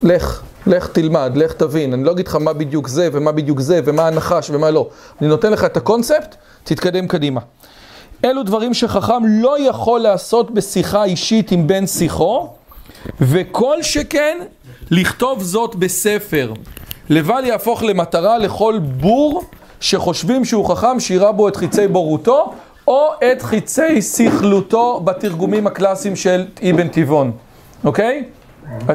לך, לך תלמד, לך תבין, אני לא אגיד לך מה בדיוק זה ומה בדיוק זה ומה הנחש ומה לא, אני נותן לך את הקונספט, תתקדם קדימה. אלו דברים שחכם לא יכול לעשות בשיחה אישית עם בן שיחו, וכל שכן לכתוב זאת בספר. לבד יהפוך למטרה לכל בור שחושבים שהוא חכם, שירה בו את חיצי בורותו, או את חיצי סיכלותו בתרגומים הקלאסיים של אבן תיבון, אוקיי?